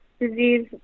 disease